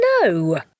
No